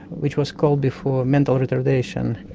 which was called before mental retardation,